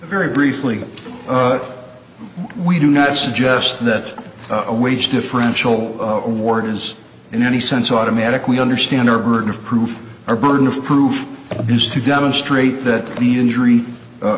very briefly we do not suggest that a wage differential award is in any sense automatic we understand our burden of proof or burden of proof is to demonstrate that the injury